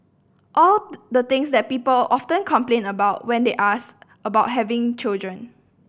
all the things that people often complain about when they asked about having children